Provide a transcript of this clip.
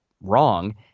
wrong